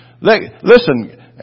Listen